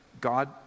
God